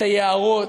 את היערות,